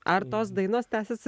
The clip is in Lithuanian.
ar tos dainos tęsiasi